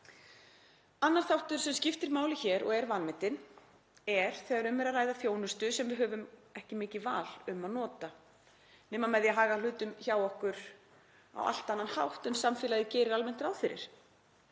Annar þáttur sem skiptir máli hér, og er vanmetinn, er þegar um er að ræða þjónustu sem við höfum ekki mikið val um að nota nema með því að haga hlutum hjá okkur á allt annan hátt en samfélagið gerir almennt ráð fyrir.